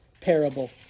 parable